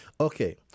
okay